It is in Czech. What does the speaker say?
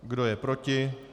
Kdo je proti?